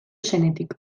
zenetik